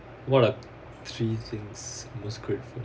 what are three things most grateful for